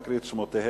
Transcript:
אני אקריא את שמותיהם,